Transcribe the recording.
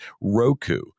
Roku